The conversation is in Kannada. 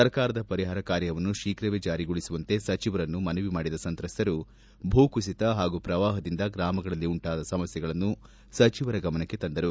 ಸರಕಾರದ ಪರಿಹಾರ ಕಾರ್ಯವನ್ನು ಶೀಘವೇ ಜಾರಿಗೊಳಿಸುವಂತೆ ಸಚಿವರನ್ನು ಮನವಿ ಮಾಡಿದ ಸಂತ್ರಸ್ವರು ಭೂಕುಸಿತ ಹಾಗೂ ಪ್ರವಾಹದಿಂದ ಗ್ರಾಮಗಳಲ್ಲಿ ಉಂಟಾದ ಸಮಸ್ಥೆಗಳನ್ನು ಸಚಿವರ ಗಮನಕ್ಕೆ ತಂದರು